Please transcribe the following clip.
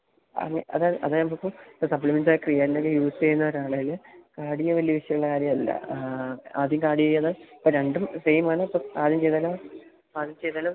അതെ അതേ അതായതിപ്പം ഇപ്പം സപ്പ്ളിമെൻറ്റായിട്ട് ക്രിയാറ്റിനക്കെ യൂസ് ചെയ്യുന്നവരാണേൽ കാഡ്യോ വലിയ വിഷയമുള്ള കാര്യമല്ല ആദ്യം കാഡ്യോ ചെയ്ത് ഇപ്പം രണ്ടും സെയ്മാണ് ബട് ആദ്യം ചെയ്താലും ആദ്യം ചെയ്താലും